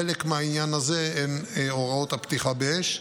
חלק מהעניין הזה הוא הוראות הפתיחה באש.